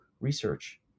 research